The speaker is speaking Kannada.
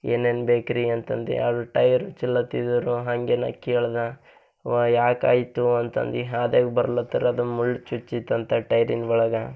ಏನೇನು ಬೇಕ್ರಿ ಅಂತಂದೆ ಅವರು ಟೈಯರು ಚಲ್ಲೊತ್ತಿದರು ಹಂಗೆ ನಾ ಕೇಳ್ದೆ ಓಹ್ ಯಾಕಾಯಿತು ಅಂತಂದು ಹಾದ್ಯಾಗ ಬರ್ಲತ್ತರ ಅದೊಂದು ಮುಳ್ಳು ಚುಚ್ಚಿತು ಅಂತ ಟೈಯರಿನ ಒಳಗ